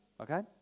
Okay